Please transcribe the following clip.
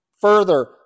further